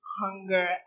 hunger